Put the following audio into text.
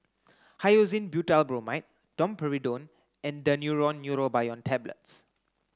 Hyoscine Butylbromide Domperidone and Daneuron Neurobion Tablets